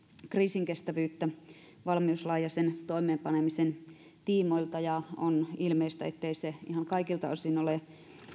kriisinkestävyyttä valmiuslain ja sen toimeenpanemisen tiimoilta ja on ilmeistä ettei se ihan kaikilta osin ole